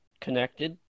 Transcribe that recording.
connected